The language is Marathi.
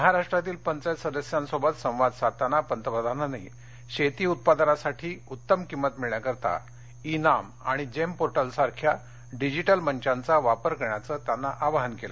महाराष्ट्रातील पंचायत सदस्यांसोबत संवाद साधताना पंतप्रधानांनी शेती उत्पादनासाठी उत्तम किंमत मिळण्याकरिता ई नाम आणि जेम पोर्टलसारख्या डिजिटल मंचांचा वापर करण्याचं त्यांना आवाहन केलं